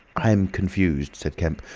i am confused, said kemp.